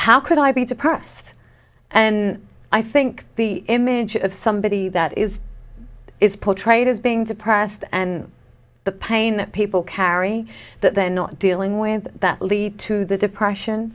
how could i be depressed and i think the image of somebody that is is portrayed as being depressed and the pain that people carry that they're not dealing with that lead to the depression